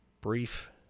brief